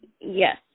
Yes